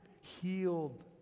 healed